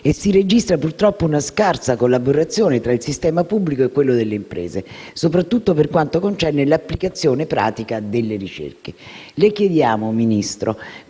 Si registra, purtroppo, una scarsa collaborazione tra il sistema pubblico e quello delle imprese, soprattutto per quanto concerne l'applicazione pratica delle ricerche. Ministro,